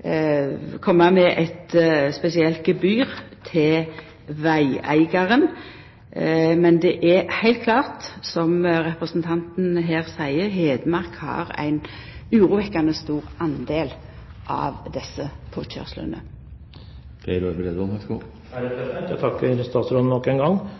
gje eit spesielt gebyr til vegeigaren. Men det er heilt klart, som representanten her seier: Hedmark har ein urovekkjande stor del av desse påkjørslane. Jeg takker statsråden nok en gang. Jeg er